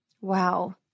Wow